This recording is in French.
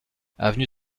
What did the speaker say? avenue